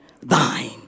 thine